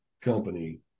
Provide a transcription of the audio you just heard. company